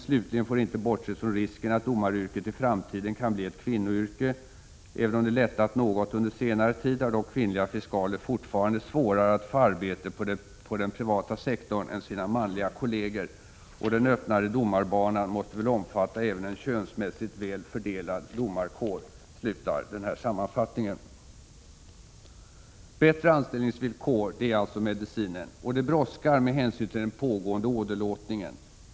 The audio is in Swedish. ——— Slutligen får inte bortses från risken att domaryrket i framtiden kan bli ett kvinnoyrke. Även om det lättat något under senare tid, har dock kvinnliga fiskaler fortfarande svårare att få arbete på den privata sektorn än sina manliga kollegor. Och ”den öppnare domarbanan” måste väl omfatta även en könsmässigt väl fördelad domarekår.” Bättre anställningsvillkor är alltså medicinen. Och det brådskar med hänsyn till den pågående åderlåtningen.